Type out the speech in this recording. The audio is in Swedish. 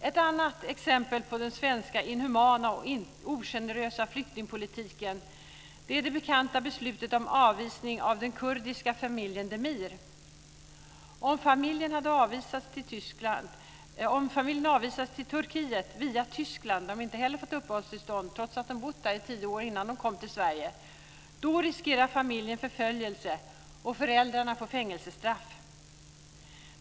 Ett annat exempel på den svenska inhumana och ogenerösa flyktingpolitiken är det bekanta beslutet om avvisning av den kurdiska familjen Demir. Om familjen avvisas till Turkiet - via Tyskland, där de inte heller fått uppehållstillstånd trots att de bott där i tio år innan de kom till Sverige - riskerar familjen förföljelse och föräldrarna får fängelsestraff.